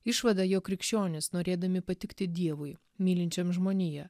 išvadą jog krikščionys norėdami patikti dievui mylinčiam žmoniją